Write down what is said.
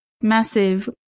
massive